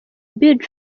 billy